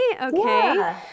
okay